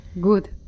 Good